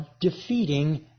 defeating